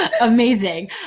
amazing